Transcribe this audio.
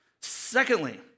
Secondly